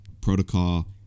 protocol